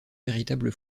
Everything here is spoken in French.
véritable